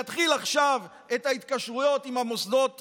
להתחיל עכשיו את ההתקשרויות עם מוסדות החינוך,